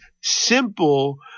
simple